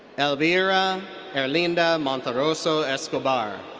elvira herlinda monterroso escobar.